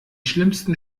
schlimmsten